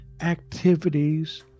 activities